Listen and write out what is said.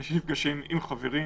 אנשים נפגשים עם חברים.